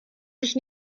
sich